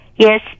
Yes